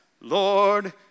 Lord